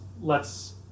lets